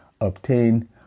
obtain